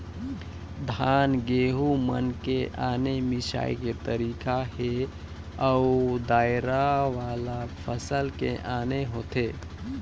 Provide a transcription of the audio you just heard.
धान, गहूँ मन के आने मिंसई के तरीका हे अउ दायर वाला फसल के आने होथे